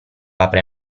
apre